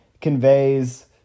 conveys